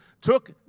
took